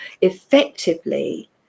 effectively